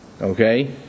Okay